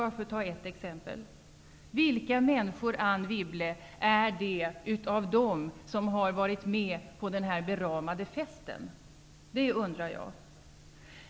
Vilka människor, Anne Wibble, är det av dem som har varit med på den beramade festen? Det undrar jag.